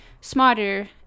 smarter